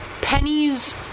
pennies